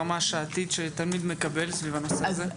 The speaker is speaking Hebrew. ברמה השעתית שתלמיד מקבל סביב הנושא הזה?